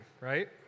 right